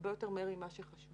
הרבה יותר מהר ממה שחשבו.